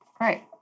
Right